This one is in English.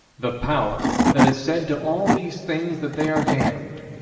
the power that has said to all these things that they are damned,